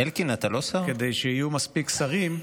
כדי שיהיו מספיק שרים.